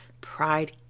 pride